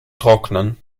trocknen